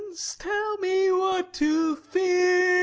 tell me what to fear